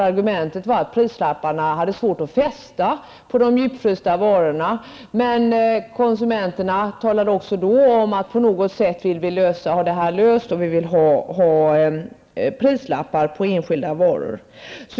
Argumentet var att prislapparna hade svårt att fästa på de djupfrysta varorna. Men konsumenterna talade också då om att detta måste lösas på något sätt och att de ville ha prislappar på enskilda varor.